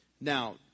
Now